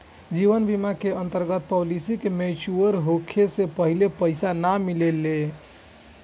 जीवन बीमा के अंतर्गत पॉलिसी मैच्योर होखे से पहिले पईसा ना निकाले के चाही